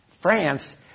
France